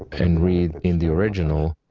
and read in the original,